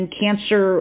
cancer